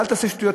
אל תעשה שטויות,